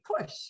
push